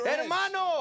Hermano